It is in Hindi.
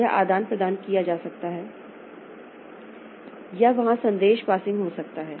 तो यह प्रदान किया जा सकता है या वहाँ संदेश पासिंग हो सकता है